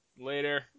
Later